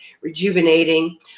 rejuvenating